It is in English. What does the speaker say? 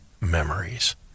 memories